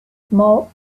small